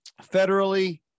federally